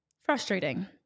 frustrating